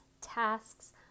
tasks